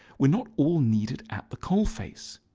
we're not all needed at the coal face.